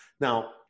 Now